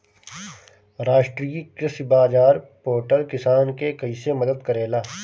राष्ट्रीय कृषि बाजार पोर्टल किसान के कइसे मदद करेला?